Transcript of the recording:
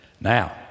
Now